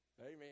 Amen